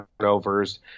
turnovers